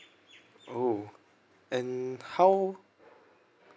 oh and how